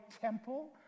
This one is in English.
temple